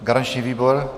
Garanční výbor?